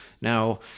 now